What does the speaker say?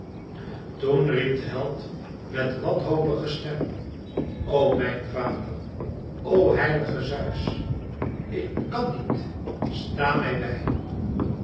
toen riep de held met wanhopige stem o mijn vader o heilige zeus ik kàn niet sta mij bij